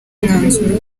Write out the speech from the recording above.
umwanzuro